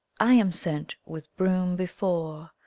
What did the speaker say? i am sent with broom before,